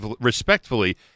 respectfully